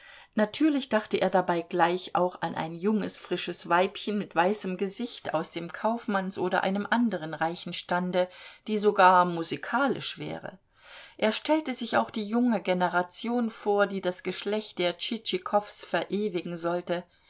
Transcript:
natürlich dachte er dabei gleich auch an ein junges frisches weibchen mit weißem gesicht aus dem kaufmanns oder einem anderen reichen stande die sogar musikalisch wäre er stellte sich auch die junge generation vor die das geschlecht der tschitschikows verewigen sollte